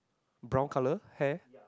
brown colour hair